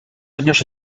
años